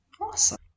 awesome